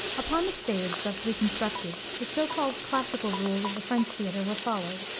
upon the stage, thus reconstructed, the so-called classical rules of the french theater were followed,